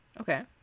Okay